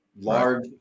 large